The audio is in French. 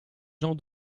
gens